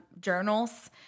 journals